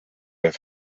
der